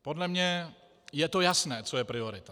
Podle mě je to jasné, co je priorita.